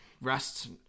rust